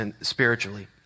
spiritually